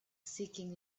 seeking